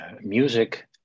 music